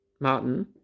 Martin